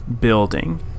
building